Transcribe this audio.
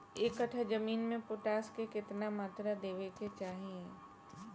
एक कट्ठा जमीन में पोटास के केतना मात्रा देवे के चाही?